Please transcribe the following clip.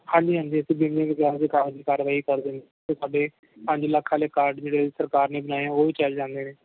ਹਾਂਜੀ ਹਾਂਜੀ ਅਸੀਂ ਜਿਵੇਂ ਕਾਰਵਾਈ ਕਰਦੇ ਅਤੇ ਸਾਡੇ ਪੰਜ ਲੱਖ ਵਾਲੇ ਕਾਰਡ ਜਿਹੜੇ ਸਰਕਾਰ ਨੇ ਬਣਾਏ ਉਹ ਵੀ ਚੱਲ ਜਾਂਦੇ ਨੇ